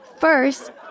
First